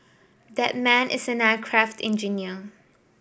that man is an aircraft engineer